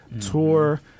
Tour